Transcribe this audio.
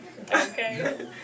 Okay